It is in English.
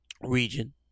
Region